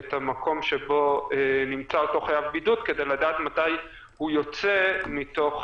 את המקום שבו נמצא אותו חייב בידוד כדי לדעת מתי הוא יוצא מתוך